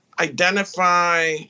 identify